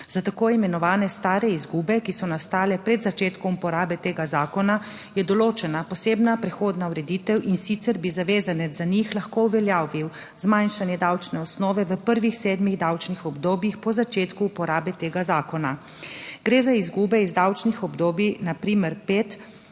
Za tako imenovane stare izgube, ki so nastale pred začetkom uporabe tega zakona je določena posebna prehodna ureditev in sicer bi zavezanec za njih lahko uveljavil zmanjšanje davčne osnove v prvih sedmih davčnih obdobjih po začetku uporabe tega zakona gre za izgube iz davčnih obdobij na primer 5,